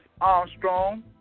Armstrong